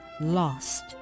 lost